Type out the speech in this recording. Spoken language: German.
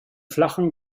flachen